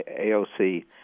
AOC